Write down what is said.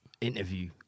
interview